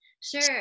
Sure